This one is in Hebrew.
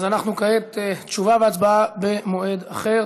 תשובה והצבעה במועד אחר.